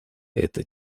эта